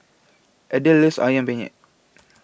Adelle loves Ayam Penyet